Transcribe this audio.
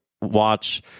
watch